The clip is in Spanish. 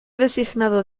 designado